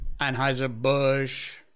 Anheuser-Busch